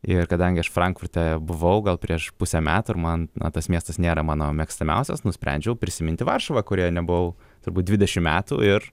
ir kadangi aš frankfurte buvau gal prieš pusę metų ir man tas miestas nėra mano mėgstamiausias nusprendžiau prisiminti varšuvą kurioje nebuvau turbūt dvidešim metų ir